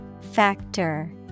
Factor